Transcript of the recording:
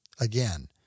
Again